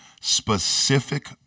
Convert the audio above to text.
specific